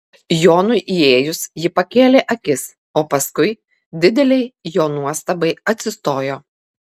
jonui įėjus ji pakėlė akis o paskui didelei jo nuostabai atsistojo